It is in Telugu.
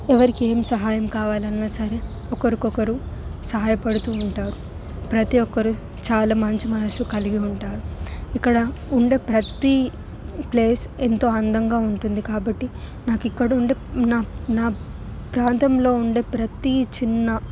ఎవరికి ఏం సహాయం కావాలన్నా సరే ఒకరి కొకరు సాయ పడుతూ ఉంటారు ప్రతి ఒక్కరూ చాలా మంచి మనసు కలిగి ఉంటారు ఇక్కడ ఉండే ప్రతి ప్లేస్ ఎంతో అందంగా ఉంటుంది కాబట్టి నాకు ఇక్కడుండే నా నా ప్రాంతంలో ఉండే ప్రతి చిన్న